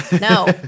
no